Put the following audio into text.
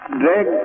drag